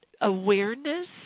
awareness